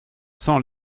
sans